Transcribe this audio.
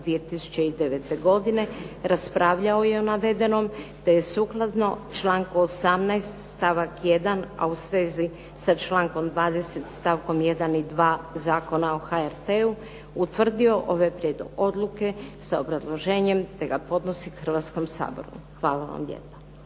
2009. godine raspravljao je o navedenom te je sukladno članku 18. stavak 1., a u svezi sa člankom 20. stavkom 1. i 2. Zakona o HRT-u utvrdio ovaj prijedlog odluke sa obrazloženjem te ga podnosi Hrvatskom saboru. Hvala vam lijepo.